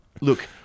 Look